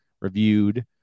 reviewed